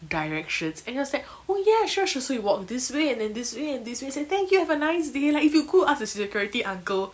directions and he was like oh ya sure sure so you walk this way and then this way and this way I say thank you have a nice day like if you go ask the security uncle